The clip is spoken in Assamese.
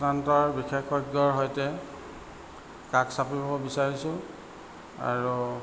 স্থানন্তৰ বিশেষজ্ঞৰ সৈতে কাষ চাপিব বিচাৰিছোঁ আৰু